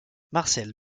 marcelle